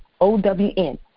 O-W-N